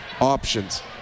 options